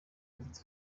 ati